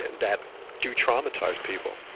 that do traumatise people.